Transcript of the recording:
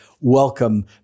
Welcome